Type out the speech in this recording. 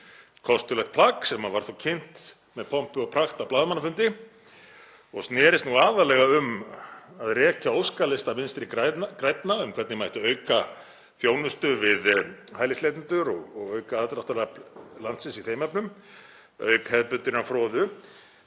kostulegt plagg sem var þó kynnt með pompi og prakt á blaðamannafundi og snerist aðallega um að rekja óskalista Vinstri grænna um hvernig mætti auka þjónustu við hælisleitendur og auka aðdráttarafl landsins í þeim efnum, auk hefðbundinnar froðu,